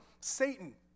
Satan